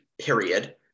period